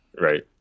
Right